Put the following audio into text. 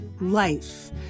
life